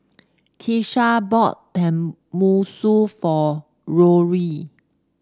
Keesha bought Tenmusu for Rory